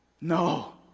no